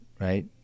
right